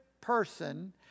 person